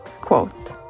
quote